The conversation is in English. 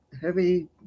heavy